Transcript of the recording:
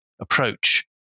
approach